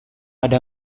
ada